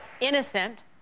innocent